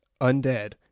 undead